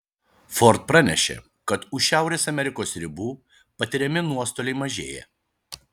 ford pranešė kad už šiaurės amerikos ribų patiriami nuostoliai mažėja